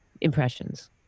impressions